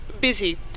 Busy